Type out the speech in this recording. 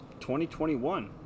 2021